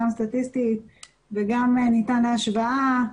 גם סטטיסטית וגם ניתן להשוואה.